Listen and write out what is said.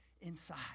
inside